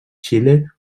xile